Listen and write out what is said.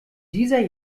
dieser